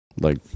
Like-